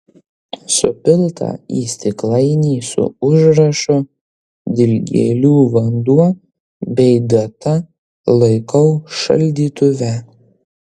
supiltą į stiklainį su užrašu dilgėlių vanduo bei data laikau šaldytuve